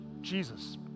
Jesus